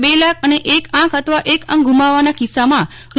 બે લાખ અને એક આંખ અથવા એક અંગ ગુમાવવાના કિસ્સામાં રૂ